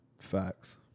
Facts